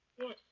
Yes